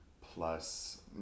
plus